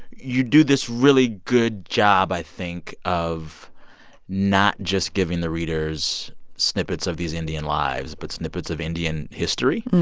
you do this really good job, i think, of not just giving the readers snippets of these indian lives but snippets of indian history.